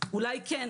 אולי כן,